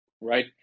right